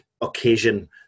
occasion